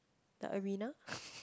the arena